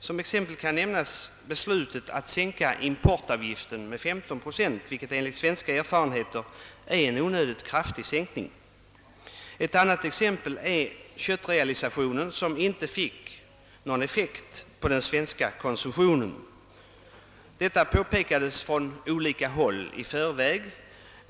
Som exempel kan nämnas beslutet att sänka importavgiften med 15 procent, vilket enligt svenska erfarenheter är en onödigt kraftig sänkning. Ett annat exempel är köttrealisationen som inte fick någon effekt på den svenska konsumtionen. Detta påpekades i förväg från åtskilliga håll.